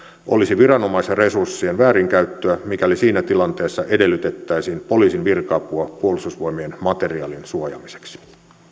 olisi viranomaisen resurssien väärinkäyttöä mikäli siinä tilanteessa edellytettäisiin poliisin virka apua puolustusvoimien materiaalin suojaamiseksi